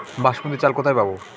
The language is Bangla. বাসমতী চাল কোথায় পাবো?